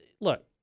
look